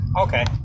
Okay